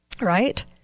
Right